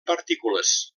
partícules